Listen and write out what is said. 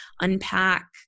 unpack